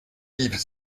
yves